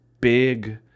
big